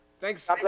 Thanks